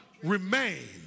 Remain